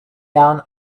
down